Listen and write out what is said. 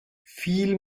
viel